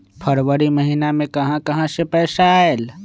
फरवरी महिना मे कहा कहा से पैसा आएल?